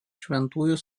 šventųjų